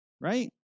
Right